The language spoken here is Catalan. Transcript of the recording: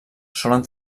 solen